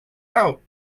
out